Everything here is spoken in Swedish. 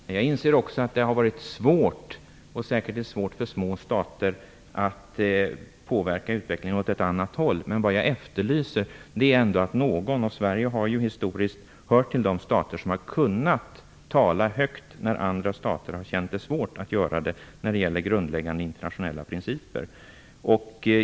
Fru talman! Jag inser också att det har varit svårt, och säkert också är det fortfarande, för små stater att påverka utvecklingen åt ett annat håll. Sverige har, historiskt sett, varit bland de stater som har kunnat tala högt när andra stater har känt det svårt att göra det i fråga om grundläggande internationella principer.